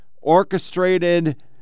orchestrated